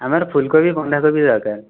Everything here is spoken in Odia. ଆମର ଫୁଲ କୋବି ବନ୍ଧା କୋବି ଦରକାର